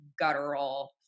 guttural